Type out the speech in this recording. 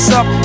up